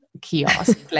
kiosk